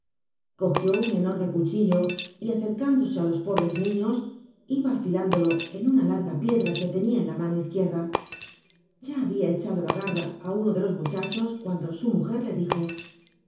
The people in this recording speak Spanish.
cogió un enorme cuchillo y acercándose á los pobres uiiíos iba alllándolo en unu lurga piedra que tenia en la mano izquierda ya babia echado l t garra á lliio de los muchachos cuando su mujer le dijo qué